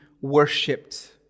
worshipped